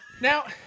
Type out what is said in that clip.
Now